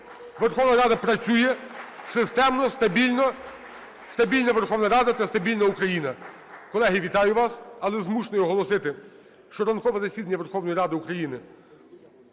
Верховна Рада працює системно, стабільно. Стабільна Верховна Рада – це стабільна Україна. Колеги, вітаю вас. Але змушений оголосити, що ранкове засідання Верховної Ради України